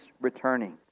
returning